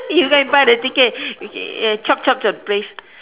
you go and buy the ticket okay chope chope the place